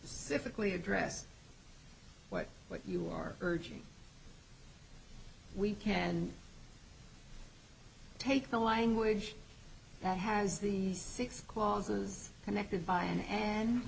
to address what what you are urging we can take the language that has these six clauses connected by an and